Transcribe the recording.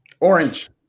Orange